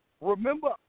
remember